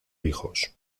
hijos